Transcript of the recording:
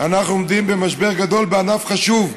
אנחנו עומדים במשבר גדול בענף חשוב.